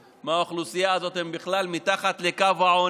מהאוכלוסייה הזאת הם בכלל מתחת לקו העוני,